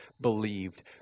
believed